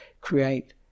create